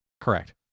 correct